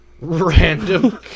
Random